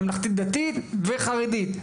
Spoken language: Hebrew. ממלכתית-דתית וחרדית,